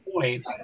point